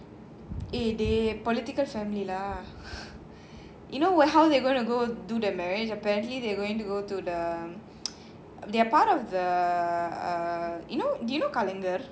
eh they political family lah you know what how they gonna go do their marriage apparently they are going to go to the they are part of the you know do you know Kalaignar